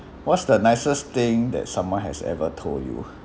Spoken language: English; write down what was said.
what's the nicest thing that someone has ever told you